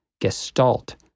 gestalt